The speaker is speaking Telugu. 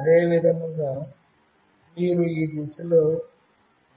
అదేవిధంగా మీరు ఈ దిశలో